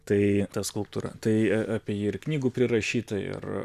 tai ta skulptūra tai apie jį ir knygų prirašyta ir